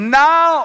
now